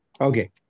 okay